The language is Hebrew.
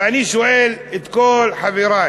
ואני שואל את כל חברי: